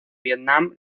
vietnam